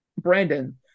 Brandon